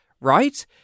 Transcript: right